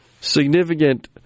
significant